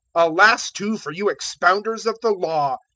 alas too for you expounders of the law!